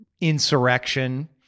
insurrection